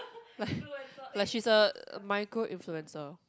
like like she's a micro influencer